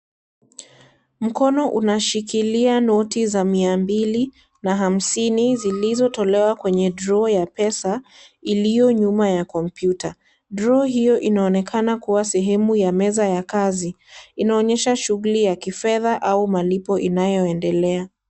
Mkono unashikilia noti za mia mbili na hamsini zilizotolewa kwenye (cs) droo (cs) ya pesa, iliyo nyuma ya komputa .(cs) Droo (cs) hiyo inaonekana kuwa sehemu ya meza ya kazi. Inaonyesha shughuli ya kifedha au malipo inayoendelea.